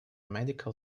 medical